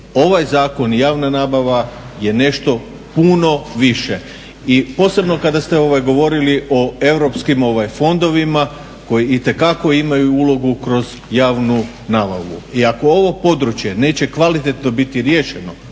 ovaj zakon i javna nabava je nešto puno više. I posebno kada ste govorili o europskim fondovima koji itekako imaju ulogu kroz javnu nabavu i ako ovo područje neće kvalitetno biti riješeno,